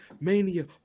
Mania